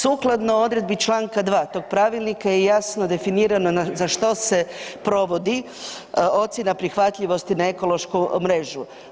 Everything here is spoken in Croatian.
Sukladno odredbi čl. 2. tog pravilnika je jasno definirano za što se provodi ocjena prihvatljivosti na ekološku mrežu.